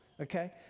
okay